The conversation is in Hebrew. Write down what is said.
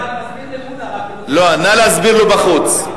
אני מסביר למולה, לא, נא להסביר לו בחוץ.